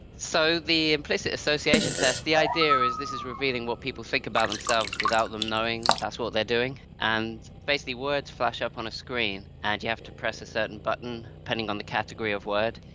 so the implicit association test, the idea is this is revealing what people think about themselves without them knowing that's what they're doing, and basically words flash up on a screen and you have to press a certain button depending on the category of word.